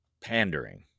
pandering